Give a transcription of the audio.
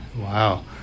Wow